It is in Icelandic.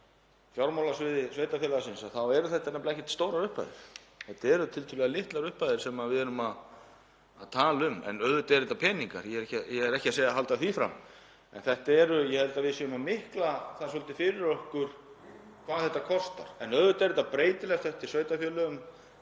fjármálasviði sveitarfélagsins þá voru þetta nefnilega ekkert stórar upphæðir. Þetta eru tiltölulega litlar upphæðir sem við erum að tala um. En auðvitað eru þetta peningar, ég er ekki að halda öðru fram, en ég held að við séum að mikla það svolítið fyrir okkur hvað þetta kostar. Auðvitað er þetta breytilegt eftir sveitarfélögum.